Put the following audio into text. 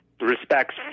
respects